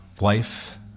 life